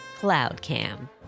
cloudcam